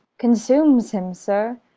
consumes him, sir,